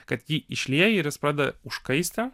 kad jį išlieji ir jis pradeda užkaisti